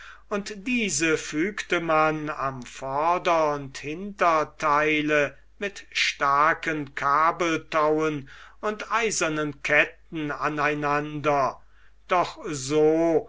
und diese fügte man am vorder und hintertheile mit starken kabeltauen und eisernen ketten an einander doch so